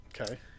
Okay